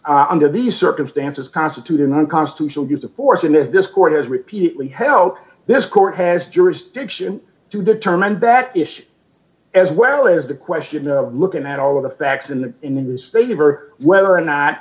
down under these circumstances constitute an unconstitutional use of force in this court has repeatedly held this court has jurisdiction to determine back issues as well as the question of looking at all of the facts in the in the newspaper whether or not